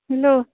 hello